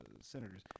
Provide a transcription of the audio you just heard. senators